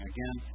Again